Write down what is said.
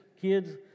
kids